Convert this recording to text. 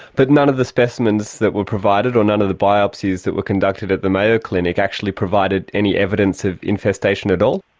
but none of the specimens that were provided or none of the biopsies that were conducted at the mayo clinic actually provided any evidence of infestation at all?